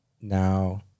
now